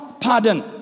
pardon